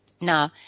Now